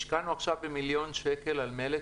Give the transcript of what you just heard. השקענו עכשיו מיליון שקל על מלט,